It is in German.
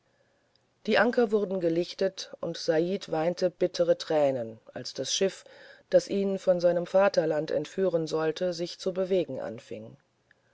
die anker wurden gelichtet und said weinte bittere tränen als das schiff das ihn von seinem vater land entführen sollte sich zu bewegen anfing